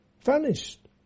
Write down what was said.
vanished